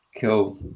Cool